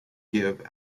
give